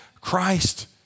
Christ